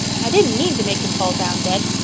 i didn't mean to make him fall down ded.